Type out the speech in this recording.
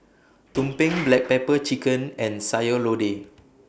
Tumpeng Black Pepper Chicken and Sayur Lodeh